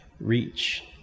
reach